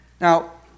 Now